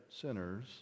sinners